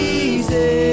easy